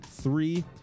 three